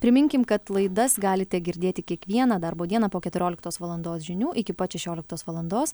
priminkim kad laidas galite girdėti kiekvieną darbo dieną po keturioliktos valandos žinių iki pat šešioliktos valandos